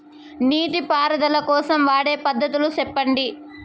నీటి పారుదల కోసం వాడే పద్ధతులు సెప్పండి?